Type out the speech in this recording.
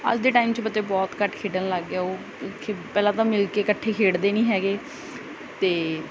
ਅੱਜ ਦੇ ਟਾਈਮ 'ਚ ਬੱਚੇ ਬਹੁਤ ਘੱਟ ਖੇਡਣ ਲੱਗ ਗਏ ਉਹ ਪਹਿਲਾਂ ਤਾਂ ਮਿਲ ਕੇ ਇਕੱਠੇ ਖੇਡਦੇ ਨਹੀਂ ਹੈਗੇ ਅਤੇ